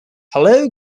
hello